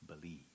believe